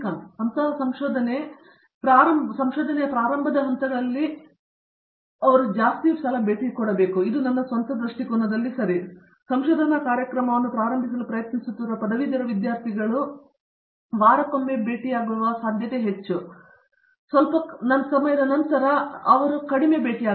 ಶ್ರೀಕಾಂತ್ ವೇದಾಂತಮ್ ಆದ್ದರಿಂದ ಅಂತಹ ಸಂಶೋಧನೆಯ ಪ್ರಾರಂಭದ ಹಂತಗಳಲ್ಲಿ ಇದು ನನ್ನ ಸ್ವಂತ ದೃಷ್ಟಿಕೋನಕ್ಕಾಗಿ ಅವರ ಸಂಶೋಧನಾ ಕಾರ್ಯಕ್ರಮವನ್ನು ಪ್ರಾರಂಭಿಸಲು ಪ್ರಯತ್ನಿಸುತ್ತಿರುವ ಪದವೀಧರ ವಿದ್ಯಾರ್ಥಿ ನನಗೆ ತಿಳಿದಿದೆ ಇದು ಒಂದು ವಾರದಲ್ಲಿ ಮತ್ತೊಮ್ಮೆ ಭೇಟಿಯಾಗುವ ಸಾಧ್ಯತೆ ಇದೆ ಅಥವಾ ಸ್ವಲ್ಪ ಕಡಿಮೆ ಸಮಯದ ಚೌಕಟ್ಟುಗಳು ಸಹ